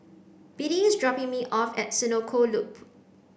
Biddie is dropping me off at Senoko Loop